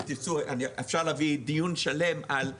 אם תרצו אפשר להביא דיון שלם על חדשנות.